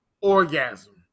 orgasm